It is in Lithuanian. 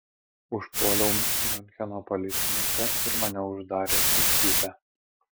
užpuoliau miuncheno policininką ir mane uždarė į cypę